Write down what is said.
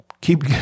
keep